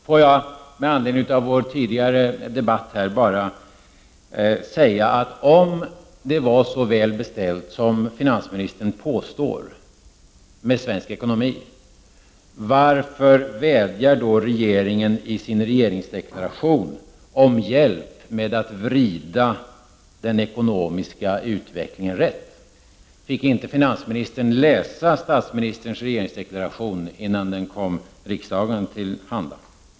Får jag med anledning av vår tidigare debatt här bara säga att om det var så väl beställt som finansministern påstår med svensk ekonomi, varför vädjar då regeringen i sin regeringsdeklaration om hjälp med att vrida den ekonomiska utvecklingen rätt? Fick inte finansministern läsa statsministerns regeringsdeklaration innan den kom riksdagen till handa?